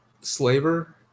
Slaver